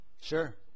Sure